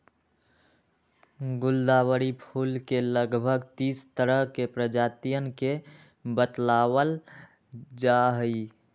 गुलदावरी फूल के लगभग तीस तरह के प्रजातियन के बतलावल जाहई